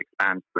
expand